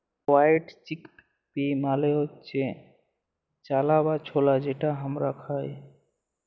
white chickpea মালে হচ্যে চালা বা ছলা যেটা হামরা খাই